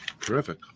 Terrific